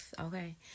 okay